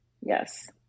Yes